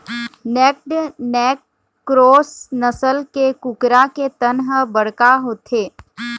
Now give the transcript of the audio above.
naked neck cross नसल के कुकरा के तन ह बड़का होथे